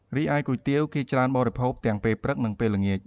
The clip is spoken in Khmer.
រីឯគុយទាវ គេច្រើនបរិភោគទាំងពេលព្រឹក និងពេលល្ងាច។